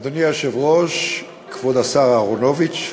אדוני היושב-ראש, כבוד השר אהרונוביץ,